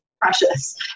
Precious